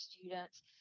students